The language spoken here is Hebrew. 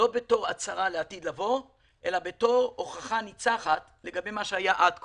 לא בתור הצהרה לעתיד לבוא אלא בתור הוכחה ניצחת לגבי מה שהיה עד כה.